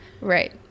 Right